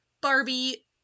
Barbie